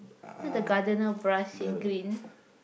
the gardener brush in green